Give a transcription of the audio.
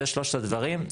זה שלושת הדברים.